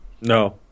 no